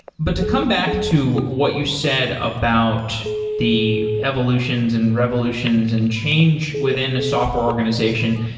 but to come back to what you said about the evolutions and revolutions and change within a software organization,